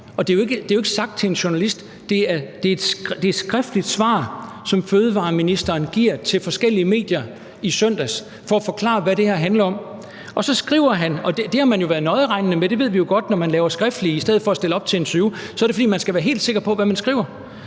det er ikke sagt til en journalist – det er et skriftligt svar, som fødevareministeren gav til forskellige medier i søndags for at forklare, hvad det her handler om. Og det har man været nøjeregnende med, for vi ved jo godt, at når man laver et skriftligt svar i stedet for at stille op til interview, er det, fordi man skal være helt sikker på, hvad man skriver,